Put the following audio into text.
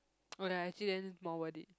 oh they are actually then more worth it